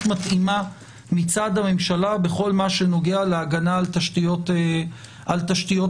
מתאימה מצד הממשלה בכל מה שנוגע להגנה על תשתיות הסייבר